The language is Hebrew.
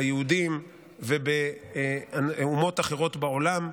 ביהודים ובאומות אחרות בעולם,